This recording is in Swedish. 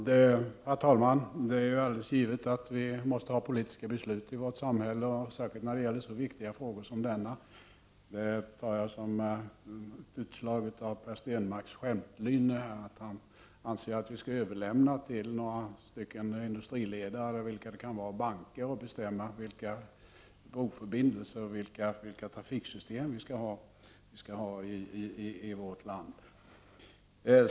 Herr talman! Det är alldeles givet att vi måste ha politiska beslut i vårt samhälle, särskilt när det gäller så viktiga frågor som denna. Jag tar det som ett utslag av Per Stenmarcks skämtlynne att han anser att vi skall överlåta till några stycken industriledare och banker eller vilka det kan vara att bestämma vilka broförbindelser och vilka trafiksystem vi skall ha i vårt land.